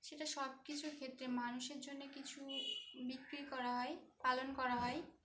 সেটা সব কিছুর ক্ষেত্রে মানুষের জন্যে কিছু বিক্রি করা হয় পালন করা হয়